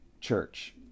church